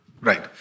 Right